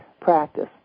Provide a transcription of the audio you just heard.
practice